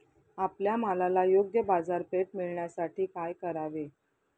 आपल्या मालाला योग्य बाजारपेठ मिळण्यासाठी काय करावे?